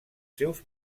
seus